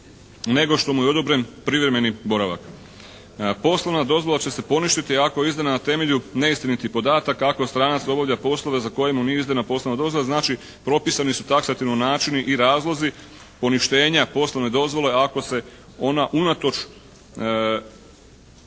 nego što mu je odobren privremeni boravak. Poslovna dozvola će se poništiti ako je izdana na temelju neistinitih podataka, ako stranac obavlja poslove za koje mu nije izdana poslovna dozvola. Znači propisani su taksativno načini i razlozi poništenja poslovne dozvole ako se ona unatoč